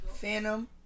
Phantom